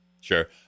Sure